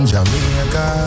Jamaica